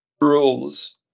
rules